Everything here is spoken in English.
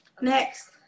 Next